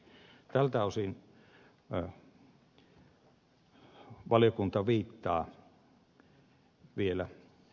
tältä osin valiokunta viittaa vielä tarkempiin perusteluihin